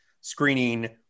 screening